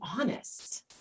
honest